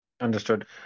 understood